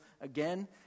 again